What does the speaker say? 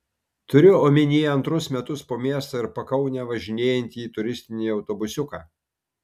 turiu omenyje antrus metus po miestą ir pakaunę važinėjantį turistinį autobusiuką